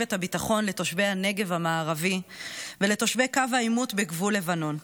את הביטחון לתושבי הנגב המערבי ולתושבי קו העימות בגבול הלבנון.